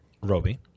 Roby